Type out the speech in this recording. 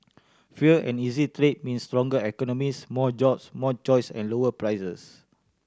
freer and easier trade means stronger economies more jobs more choice and lower prices